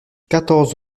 quatorze